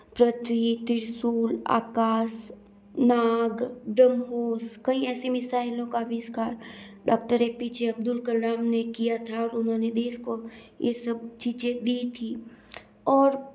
पृथ्वी त्रिशूल आकाश नाग ब्रह्मोस कई ऐसी मिसाइलों का आविष्कार doctor A P J Abdul Kalam ने किया था और उन्होंने देश को ये सब चीज़ें दी थी और